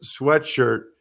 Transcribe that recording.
sweatshirt